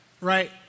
right